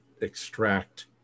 extract